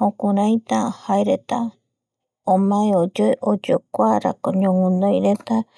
juraita jaereta omae oyoe rako ñoguinoireta